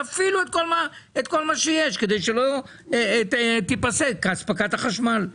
תפעילו את כל מה שיש כדי שלא תיפסק אספקת החשמל.